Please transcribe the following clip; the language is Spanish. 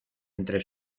entre